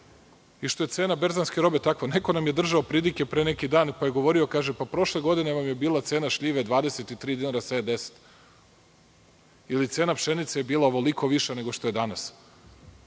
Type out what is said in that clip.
i što je cena berzanske robe takva, jer neko nam je držao pridike pre neki dan, pa je govorio, prošle godine vam je bila cena šljive 23 dinara, a sada je 10 dinara, ili cena pšenice je bila ovoliko viša nego što je danas. Kakve